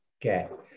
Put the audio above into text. get